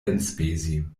enspezi